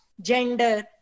gender